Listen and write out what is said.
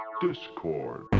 Discord